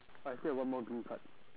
I still have one more green card